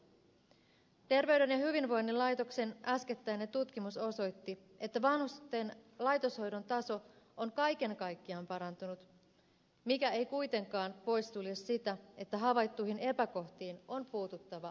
terveyden ja hyvinvoinnin laitoksen äskettäinen tutkimus osoitti että vanhusten laitoshoidon taso on kaiken kaikkiaan parantunut mikä ei kuitenkaan poissulje sitä että havaittuihin epäkohtiin on puututtava viipymättä